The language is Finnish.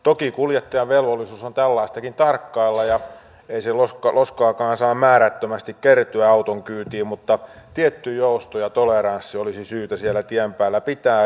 toki kuljettajan velvollisuus on tällaistakin tarkkailla ja ei loskaakaan saa määrättömästi kertyä auton kyytiin mutta tietty jousto ja toleranssi olisi syytä siellä tien päällä pitää